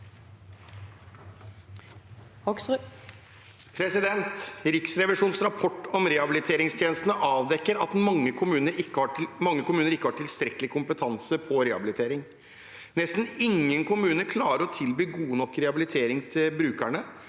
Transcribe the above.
«Riksrevisjonens rapport om rehabiliteringstjenestene avdekket at mange kommuner ikke har tilstrekkelig kompetanse på rehabilitering. Nesten ingen kommuner klarer å tilby god nok rehabilitering til brukerne,